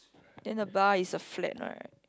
then the bar is a flat right